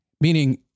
meaning